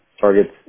targets